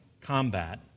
combat